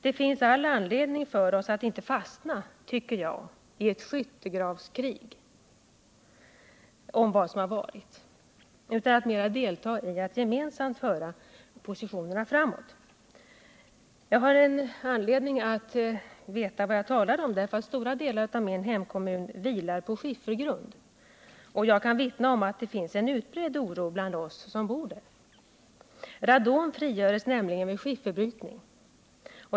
Det finns all anledning för oss att inte fastna i ett skyttegravskrig om vad som har varit utan att mera delta i arbetet med att gemensamt föra positionerna framåt. Jag har anledning att veta vad jag talar om, därför att stora delar av min hemkommun vilar på skiffergrund. Jag kan vittna om att det finns en utbredd oro bland oss som bor där — radon frigörs nämligen vid skifferbrytning.